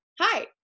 Hi